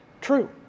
True